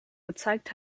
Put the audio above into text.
gezeigt